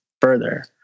further